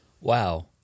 wow